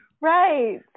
Right